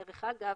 דרך אגב,